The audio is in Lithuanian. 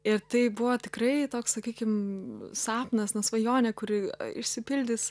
ir tai buvo tikrai toks sakykim sapnas na svajonė kuri išsipildys